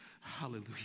hallelujah